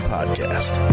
Podcast